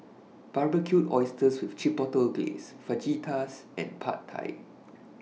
Barbecued Oysters with Chipotle Glaze Fajitas and Pad Thai